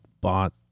bought